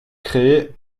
crée